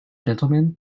gentlemen